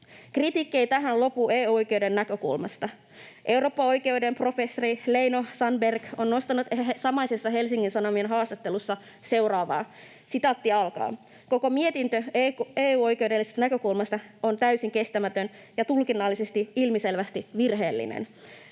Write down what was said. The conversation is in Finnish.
Kritiikki ei tähän lopu EU-oikeuden näkökulmasta. Eurooppaoikeuden professori Leino-Sandberg on nostanut samaisessa Helsingin Sanomien haastattelussa seuraavaa: ”Koko mietintö EU-oikeudellisesta näkökulmasta on täysin kestämätön ja tulkinnallisesti ilmiselvästi virheellinen.